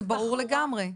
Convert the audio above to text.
זה ברור לגמרי.